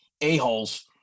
a-holes